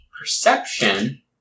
perception